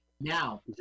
Now